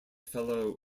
fellow